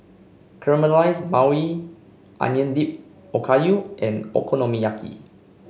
Caramelized Maui Onion Dip Okayu and Okonomiyaki